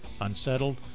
unsettled